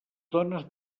dones